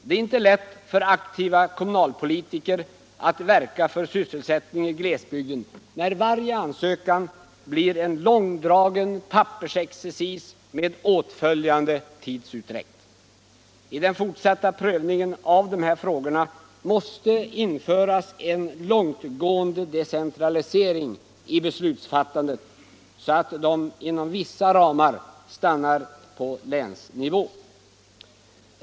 Det är inte lätt för aktiva kommunalpolitiker att verka för sysselsättning i glesbygden när varje ansökan resulterar i en långdragen pappersexercis med åtföljande tidsutdräkt. För den fortsatta prövningen av dessa frågor måste man införa en långtgående decentralisering av beslutsfattandet, så att detta inom vissa ramar stannar på länsnivå.